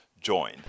join